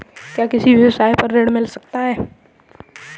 क्या किसी व्यवसाय पर ऋण मिल सकता है?